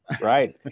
Right